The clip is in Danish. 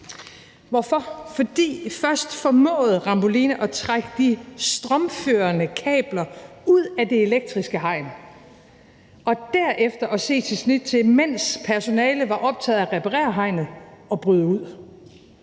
Hvorfor? Fordi Ramboline først formåede at trække de strømførende kabler ud af det elektriske hegn og derefter så sit snit til, mens personalet var optaget af at reparere hegnet, at bryde ud.